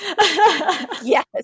Yes